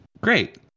great